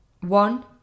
One